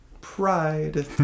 pride